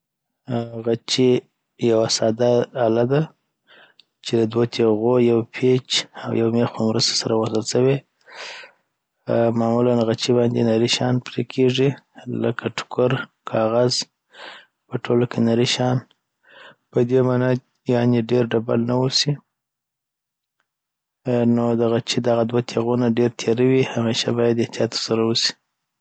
غچې یوه ساده اله ده چي دوو تیغو یوپیچ او یو میخ په مرسته سره وصل سوي آ معلولا غچې باندي نري شیان پري کیږي لکه ټوکر، کاغذ، په ټوله کي نري شیان پدي معني یعني ډیر ډبل نه اوسي .نو د غچې دغه دوه تیغونه ډیره تیره وي همیشه باید احتیاط ورسره وسي